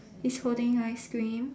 he's holding ice cream